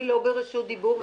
אדוני לא ברשות דיבור.